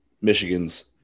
Michigan's